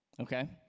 okay